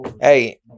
Hey